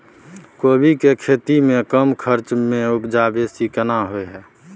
कोबी के खेती में कम खर्च में उपजा बेसी केना होय है?